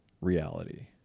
reality